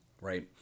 right